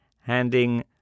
Handing